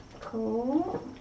Cool